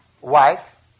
wife